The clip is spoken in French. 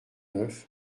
neuf